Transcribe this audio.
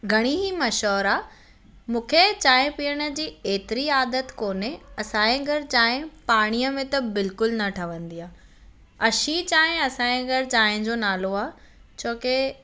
घणी ही मशहूरु आहे मूंखे चांहि पीअण जी एतरी आदत कोन्हे असांजे घरु चांहि पाणीअ में त बिल्कुल न ठहंदी आहे अछी चांहि असांजे घरु चांहि जो नालो आहे छो की